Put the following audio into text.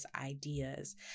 ideas